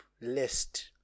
list